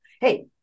hey